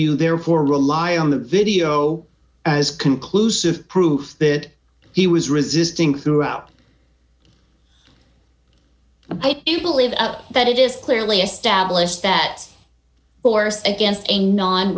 you therefore rely on the video as conclusive proof that he was resisting throughout it believe that it is clearly established that force against a non